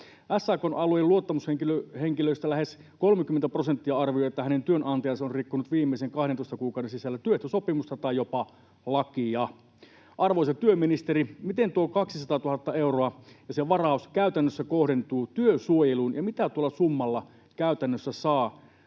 SAK:n alojen luottamushenkilöistä lähes 30 prosenttia arvioi, että hänen työnantajansa on rikkonut viimeisen 12 kuukauden sisällä työehtosopimusta tai jopa lakia. Arvoisa työministeri, miten tuo 200 000 euroa, se varaus, käytännössä kohdentuu työsuojeluun, ja mitä tuolla summalla käytännössä saa